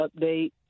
update